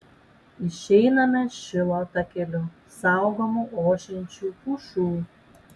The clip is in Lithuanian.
išeiname šilo takeliu saugomu ošiančių pušų